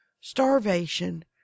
starvation